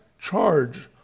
charge